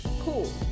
Cool